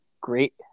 great